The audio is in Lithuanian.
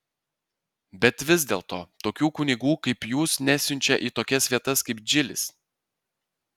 bet vis dėlto tokių kunigų kaip jūs nesiunčia į tokias vietas kaip džilis